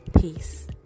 Peace